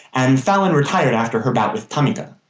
and fallon retired after her bout with tamikka.